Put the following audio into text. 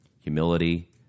humility